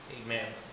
Amen